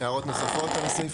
הערות נוספות על הסעיף